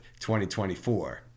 2024